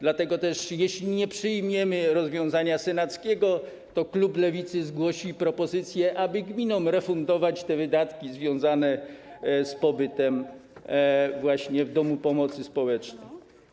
Dlatego też jeśli nie przyjmiemy rozwiązania senackiego, to klub Lewicy zgłosi propozycję, aby gminom refundować wydatki związane z pobytem w domu pomocy społecznej.